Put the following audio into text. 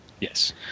Yes